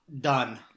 Done